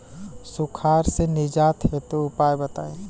सुखार से निजात हेतु उपाय बताई?